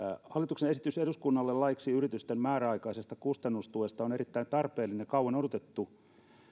hallituksen esitys eduskunnalle laiksi yritysten määräaikaisesta kustannustuesta on erittäin tarpeellinen ja kauan odotettu